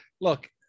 look